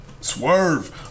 Swerve